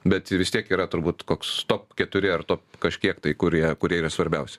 bet vis tiek yra turbūt koks top keturi ar top kažkiek tai kurie kurie yra svarbiausi